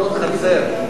לתאונות חצר.